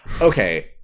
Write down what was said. Okay